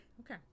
Okay